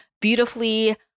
beautifully